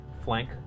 flank